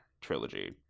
trilogy